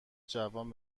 جوان